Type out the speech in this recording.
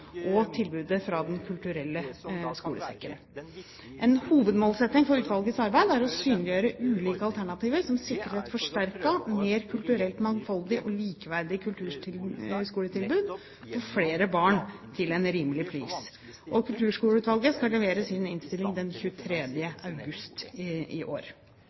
og tilbudet fra Den kulturelle skolesekken. En hovedmålsetning for utvalgets arbeid er å synliggjøre ulike alternativer som sikrer et forsterket, mer kulturelt mangfoldig og likeverdig kulturskoletilbud for flere barn til en rimelig pris. Kulturskoleutvalget skal levere sin innstilling den 23. august i år.